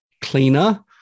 cleaner